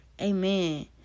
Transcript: amen